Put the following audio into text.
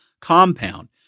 compound